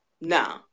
no